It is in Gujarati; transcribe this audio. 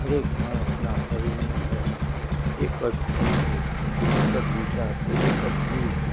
હરેક માણસના શરીરની અંદરમાં એક જ ખૂન છે એક જ વિચાર છે એક જ જીવ છે